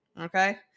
Okay